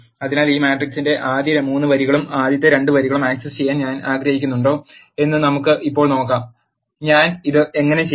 അതിനാൽ ഈ മാട്രിക്സിന്റെ ആദ്യ 3 വരികളും ആദ്യത്തെ 2 നിരകളും ആക് സസ് ചെയ്യാൻ ഞാൻ ആഗ്രഹിക്കുന്നുണ്ടോ എന്ന് നമുക്ക് ഇപ്പോൾ നോക്കാം ഞാൻ ഇത് എങ്ങനെ ചെയ്യും